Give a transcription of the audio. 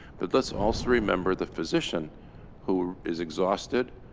but let's also remember the physician who is exhausted,